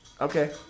Okay